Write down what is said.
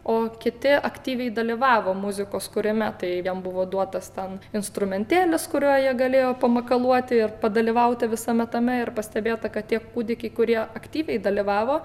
o kiti aktyviai dalyvavo muzikos kurime tai jam buvo duotas ten instrumentėlis kuriuo jie galėjo pamakaluoti ir padalyvauti visame tame ir pastebėta kad tie kūdikiai kurie aktyviai dalyvavo